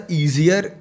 easier